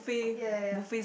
ya ya ya